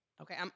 Okay